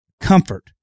comfort